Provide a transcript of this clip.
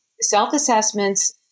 self-assessments